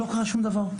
לא קרה שום דבר.